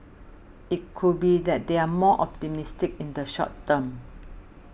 it could be that they're more optimistic in the short term